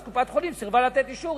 קופת-חולים סירבה לתת אישור,